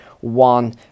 one